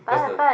cause the